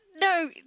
no